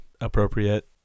appropriate